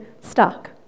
stuck